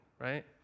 right